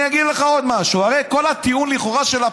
אני אגיד לך עוד משהו: הרי כל הטיעון של הפליט